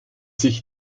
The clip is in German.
sich